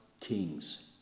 kings